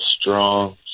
strong